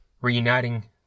reuniting